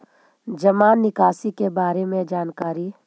जामा निकासी के बारे में जानकारी?